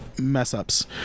mess-ups